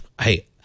Hey